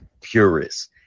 purists